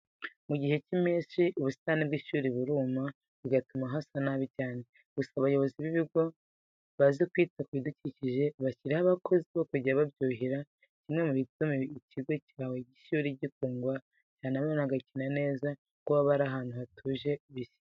Mu gihe cy'impeshyi ubusitani bw'ishuri buruma bigatuma hasa nabi cyane, gusa abayobozi b'ibigo bazi kwita ku bidukikije, bashyiraho abakozi bo kujya babyuhira, kimwe mu bituma ikigo cyawe cy'ishuri gikundwa cyane abana bakiga neza kuko baba bari ahantu bishimiye.